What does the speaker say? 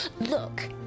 look